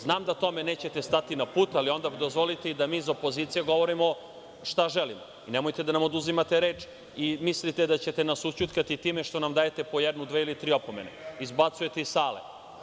Znam da tome nećete stati na put, ali onda dozvolite i da mi iz opozicije govorimo šta želimo i nemojte da nam oduzimate reč i da mislite da ćete nas ućutkati time što nam dajete po jednu, dve ili tri opomene, izbacujete iz sale.